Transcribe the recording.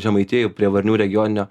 žemaitijoj prie varnių regioninio